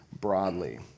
broadly